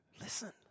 Listen